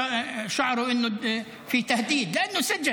שלו, מנהל סניף